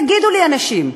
תגידו לי, אנשים,